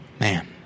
Man